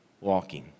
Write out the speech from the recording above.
walking